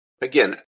again